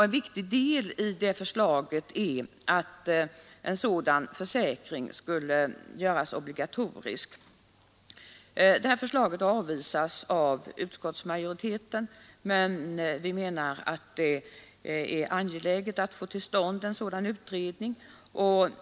En viktig del i det förslaget är att en sådan försäkring skulle göras obligatorisk. Detta förslag avvisas av utskottsmajoriteten, men vi reservanter menar att det är angeläget att få till stånd en sådan utredning.